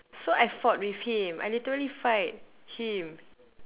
so I fought with him I literally fight him